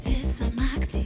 visą naktį